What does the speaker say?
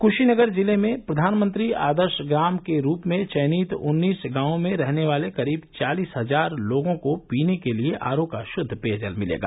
कुशीनगर जिले में प्रधानमंत्री आदर्श ग्राम के रूप में चयनित उन्नीस गाँवों में रहने वाले करीब चालीस हजार लोगों को पीने के लिए आरओ का शुद्द पेयजल मिलेगा